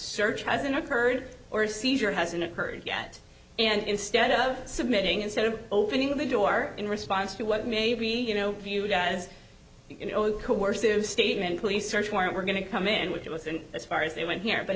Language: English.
search hasn't occurred or seizure hasn't occurred yet and instead of submitting instead of opening the door in response to what may be you know viewed as statement police search warrant we're going to come in with us and as far as they went here but